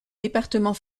département